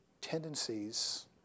tendencies